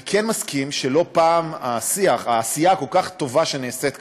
אני כן מסכים שלא פעם העשייה הכל-כך טובה שנעשית כאן,